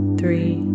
three